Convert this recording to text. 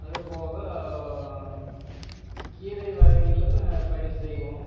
அது போக கீரை வகைகளும் பயிர் செய்வோம்